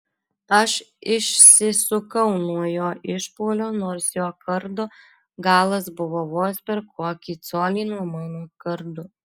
aš išsisukau nuo jo išpuolio nors jo kardo galas buvo vos per kokį colį nuo mano kardo